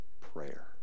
prayer